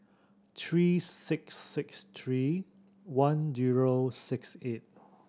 three six six three one zero six eight